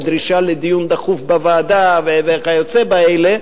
לדרישה לדיון דחוף בוועדה וכיוצא באלה,